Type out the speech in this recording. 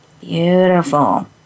Beautiful